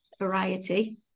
variety